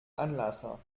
anlasser